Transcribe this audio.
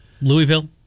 Louisville